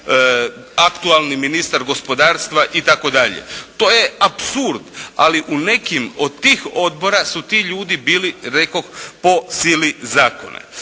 aktualni ministar gospodarstva itd. To je apsurd. Ali u nekim od tih odbora su ti ljudi bili rekoh po sili zakona.